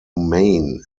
maine